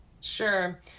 Sure